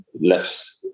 left